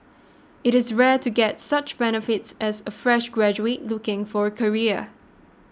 it is rare to get such benefits as a fresh graduate looking for a career